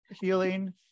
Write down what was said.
healing